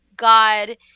God